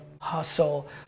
hustle